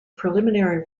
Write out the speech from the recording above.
preliminary